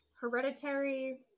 Hereditary